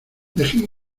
deje